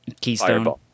Keystone